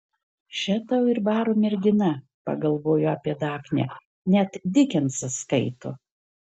še tau ir baro mergina pagalvojo apie dafnę net dikensą skaito